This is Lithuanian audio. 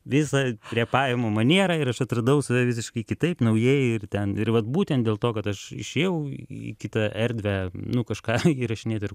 visą repavimo manierą ir aš atradau save visiškai kitaip naujai ir ten ir vat būtent dėl to kad aš išėjau į kitą erdvę nu kažką įrašinėt ir